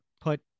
put